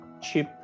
cheap